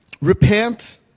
repent